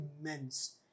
immense